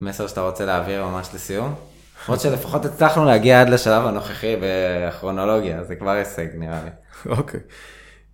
מסר שאתה רוצה להעביר ממש לסיום? עוד שלפחות הצלחנו להגיע עד לשלב הנוכחי בכרונולוגיה, זה כבר הישג נראה לי. אוקיי.